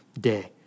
day